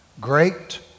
great